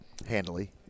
Handily